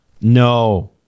no